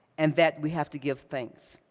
and that we have to give thanks.